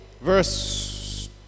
verse